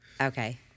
Okay